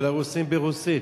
ולרוסים ברוסית.